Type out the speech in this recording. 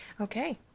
Okay